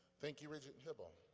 thank you, regent hybl.